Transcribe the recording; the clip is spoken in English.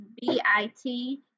b-i-t